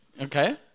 Okay